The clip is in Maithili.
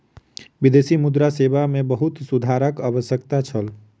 विदेशी मुद्रा सेवा मे बहुत सुधारक आवश्यकता छल